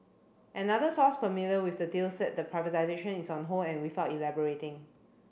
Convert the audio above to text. another source familiar with the deal said the privatisation is on hold and without elaborating